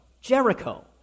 Jericho